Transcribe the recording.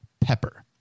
Pepper